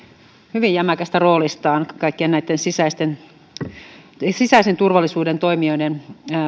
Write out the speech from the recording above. hyvin jämäkästä roolista kaikkien näitten sisäisen turvallisuuden toimijoiden